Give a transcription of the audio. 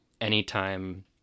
anytime